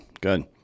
good